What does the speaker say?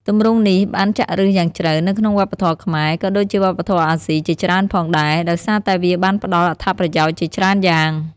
ទម្រង់នេះបានចាក់ឫសយ៉ាងជ្រៅនៅក្នុងវប្បធម៌ខ្មែរ ក៏ដូចជាវប្បធម៌អាស៊ីជាច្រើនផងដែរ ដោយសារតែវាបានផ្តល់អត្ថប្រយោជន៍ជាច្រើនយ៉ាង។